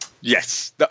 Yes